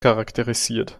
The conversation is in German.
charakterisiert